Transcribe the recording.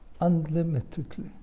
unlimitedly